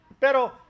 Pero